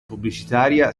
pubblicitaria